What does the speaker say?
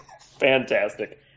fantastic